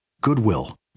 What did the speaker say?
Goodwill